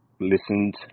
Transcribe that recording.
listened